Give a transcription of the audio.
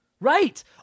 right